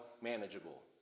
manageable